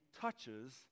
touches